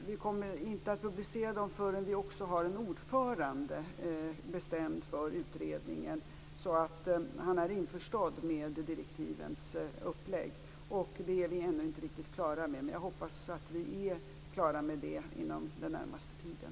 Vi kommer inte att publicera dem förrän vi också har en ordförande bestämd för utredningen, så att han är införstådd med direktivens upplägg. Det är vi ännu inte riktigt klara med. Jag hoppas att vi är klara med det inom den närmaste tiden.